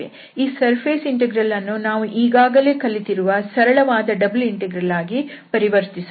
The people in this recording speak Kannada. ಈ ಸರ್ಫೇಸ್ ಇಂಟೆಗ್ರಲ್ ಅನ್ನು ನಾವು ಈಗಾಗಲೇ ಕಲಿತಿರುವ ಸರಳವಾದ ಡಬಲ್ ಇಂಟೆಗ್ರಲ್ ಆಗಿ ಪರಿವರ್ತಿಸುತ್ತೇವೆ